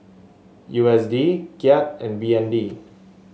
U S D Kyat and B N D